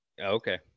Okay